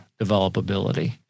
developability